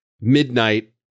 midnight